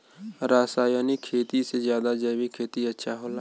रासायनिक खेती से ज्यादा जैविक खेती अच्छा होला